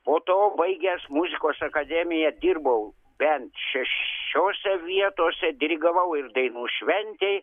po to baigęs muzikos akademiją dirbau bent šešiose vietose dirigavau ir dainų šventėj